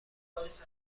است